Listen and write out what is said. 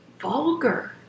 vulgar